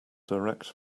direct